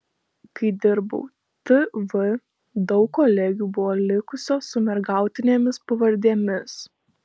kai dirbau tv daug kolegių buvo likusios su mergautinėmis pavardėmis